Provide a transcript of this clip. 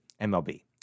MLB